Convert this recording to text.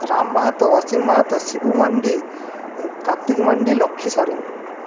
Ram Mahato Asim Mahato Shibu mandi Kartik Mandi Lakshmi Soren